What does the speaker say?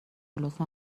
لطفا